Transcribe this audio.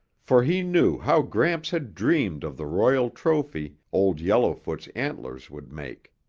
for he knew how gramps had dreamed of the royal trophy old yellowfoot's antlers would make.